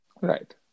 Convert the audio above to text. Right